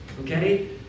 Okay